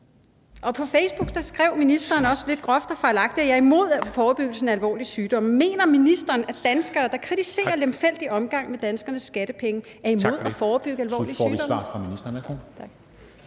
På Facebook skrev ministeren også lidt groft og fejlagtigt, at jeg er imod forebyggelsen af alvorlige sygdomme. Mener ministeren, at danskere, der kritiserer lemfældig omgang med danskernes skattepenge, er imod at forebygge alvorlige sygdomme?